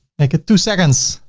make it two seconds.